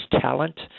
talent